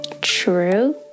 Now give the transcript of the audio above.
true